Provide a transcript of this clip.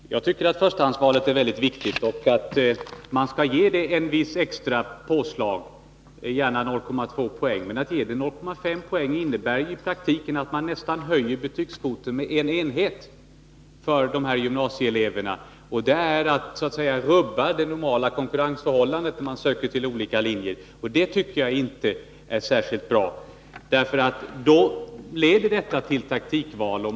Herr talman! Jag tycker att förstahandsvalet är väldigt viktigt och att man skall ge det ett extra påslag, gärna 0,2 poäng. Men att ge det 0,5 poäng innebär i praktiken att man höjer betygskvoten med nästan en enhet för dessa gymnasieelever, och det är att rubba det normala konkurrensförhållandet när man söker till olika linjer. Det är inte särskilt bra, för det leder till taktikval.